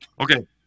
Okay